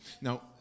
Now